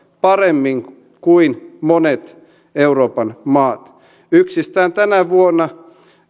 paremmin kuin monet euroopan maat yksistään tänä vuonna